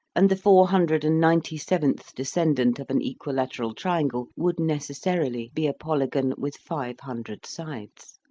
and the four hundred and ninety-seventh descendant of an equilateral triangle would necessarily be a polygon with five hundred sides.